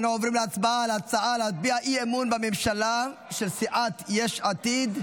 אנו עוברים להצבעה על ההצעה להביע אי-אמון בממשלה של סיעת יש עתיד.